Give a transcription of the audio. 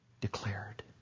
declared